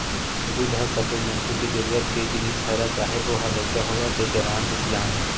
दूद ह सब्बो मनखे के जरूरत के जिनिस हरय चाहे ओ ह लइका होवय ते जवान ते सियान